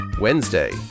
Wednesday